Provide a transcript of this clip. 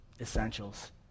essentials